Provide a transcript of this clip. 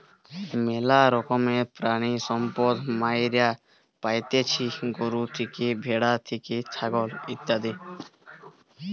ম্যালা রকমের প্রাণিসম্পদ মাইরা পাইতেছি গরু থেকে, ভ্যাড়া থেকে, ছাগল ইত্যাদি